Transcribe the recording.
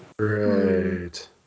right